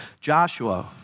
Joshua